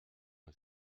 nur